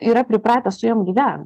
yra pripratęs su jom gyvent